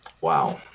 Wow